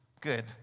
Good